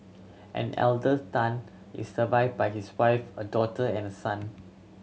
an elders Tan is survived by his wife a daughter and a son